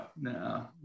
no